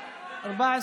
2021, נתקבלה.